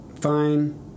fine